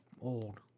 old